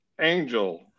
angel